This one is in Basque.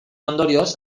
ondorioz